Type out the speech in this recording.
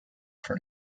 for